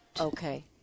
okay